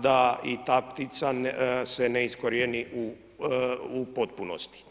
da i ta ptica se ne iskorijeni u potpunosti.